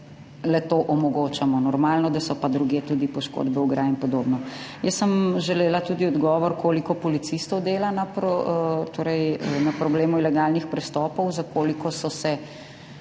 le-to omogočamo. Normalno, da so pa drugje tudi poškodbe ograje in podobno. Jaz sem želela tudi odgovor, koliko policistov dela na problemu ilegalnih prestopov, za koliko so se